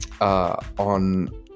on